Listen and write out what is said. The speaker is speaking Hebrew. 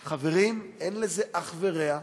חברים, אין לזה אח ורע.